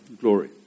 glory